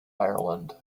ireland